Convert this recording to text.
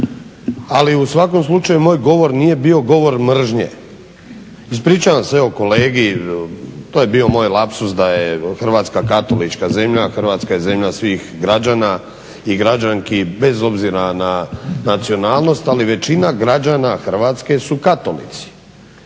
ali u svakom slučaju moj govor nije bio govor mržnje. Ispričavam se evo kolegi, to je bio moj lapsus da je Hrvatska katolička zemlja, Hrvatska je zemlja svih građana i građanki, bez obzira na nacionalnost, ali većina građana Hrvatske su katolici.